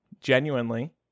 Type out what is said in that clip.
genuinely